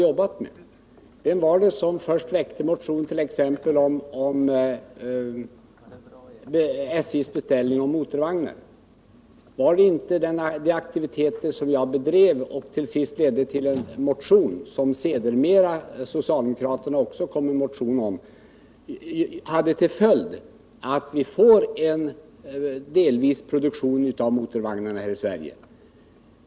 Vem var det t.ex. som först väckte en motion om SJ:s beställning av motorvagnar? Var det inte de aktiviteter jag bedrev som till sist ledde till en motion, sedermera följd av en motion också från socialdemokraterna, och som gav till resultat att motorvagnarna delvis kommer att produceras här i Sverige?